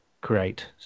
create